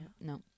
No